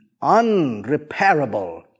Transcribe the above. unrepairable